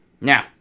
Now